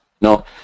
no